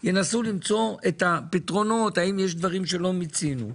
ינסו למצוא את הפתרונות ולראות האם יש דברים שלא מיצינו.